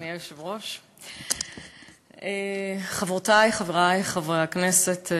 אדוני היושב-ראש, תודה, חברותי וחברי חברי הכנסת,